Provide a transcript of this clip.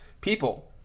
people